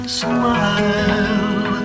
smile